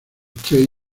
chase